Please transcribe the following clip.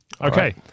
okay